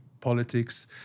politics